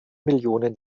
millionen